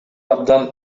абдан